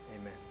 Amen